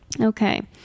Okay